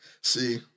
See